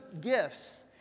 gifts